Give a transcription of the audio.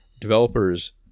developers